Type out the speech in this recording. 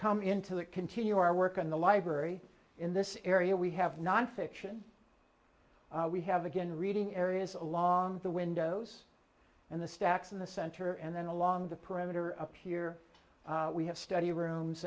come into that continue our work in the library in this area we have nonfiction we have again reading areas along the windows and the stacks in the center and then along the perimeter of here we have study rooms